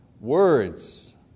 Words